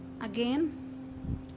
again